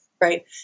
right